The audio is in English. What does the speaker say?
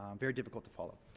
um very difficult to follow.